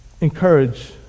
encourage